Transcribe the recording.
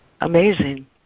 amazing